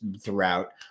throughout